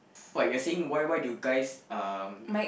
what you are saying why why do guys um